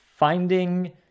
Finding